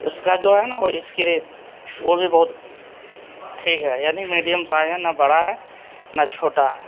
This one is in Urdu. اس کا جو ہے نا وہ اسکرین وہ بھی بہت ٹھیک ہے یعنی میڈیم سائز ہے نا بڑا ہے نہ چھوٹا ہے